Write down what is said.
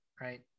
right